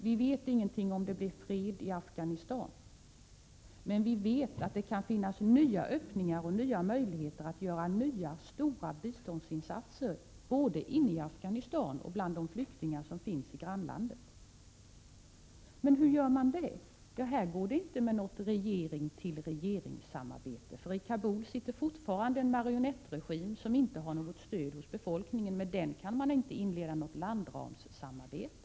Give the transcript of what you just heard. Vi vet ingenting om huruvida det blir fred där. Men vi vet att det kan finnas nya öppningar och nya möjligheter att göra stora biståndsinsatser, både inne i Afghanistan och bland de flyktingar som finns i grannlandet. Men hur gör man det? Här kan man inte använda något regering-till-regering-samarbete, för i Kabul sitter fortfarande en marionettregim som inte har något stöd hos befolkningen, och med den kan man inte inleda något landramssamarbete.